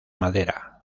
madera